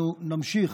אנחנו נמשיך,